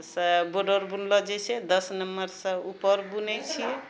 ओइसँ बॉर्डर बुनलो जाइ छै दस नम्बरसँ ऊपर बुनै छियै